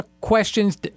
questions